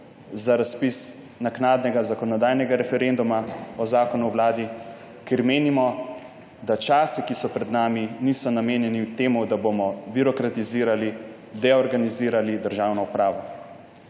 za razpis naknadnega zakonodajnega referenduma o Zakonu o vladi, ker menimo, da časi, ki so pred nami, niso namenjeni temu, da bomo birokratizirali, deorganizirali državno upravo.